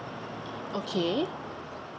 okay